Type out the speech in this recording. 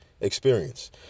experience